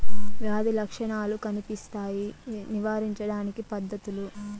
వ్యాధి లక్షణాలు కనిపిస్తాయి నివారించడానికి పద్ధతులు?